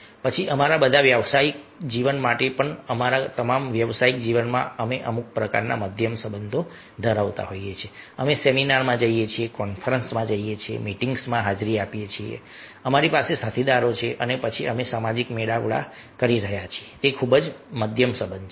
પછી અમારા બધા વ્યવસાયિક જીવન માટે અમારા તમામ વ્યવસાયિક જીવનમાં અમે અમુક પ્રકારના મધ્યમ સંબંધો ધરાવતા હોઈએ છીએ અમે સેમિનારમાં જઈએ છીએ કોન્ફરન્સમાં જઈએ છીએ મીટિંગ્સમાં હાજરી આપીએ છીએ અમારી પાસે સાથીદારો છે અને પછી અમે સામાજિક મેળાવડા કરી રહ્યા છીએ તે ખૂબ જ મધ્યમ સંબંધ છે